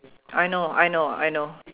I know I know I know